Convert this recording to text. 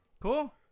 cool